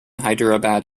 hyderabad